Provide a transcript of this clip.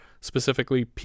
specifically